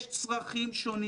יש צרכים שונים